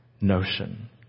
notion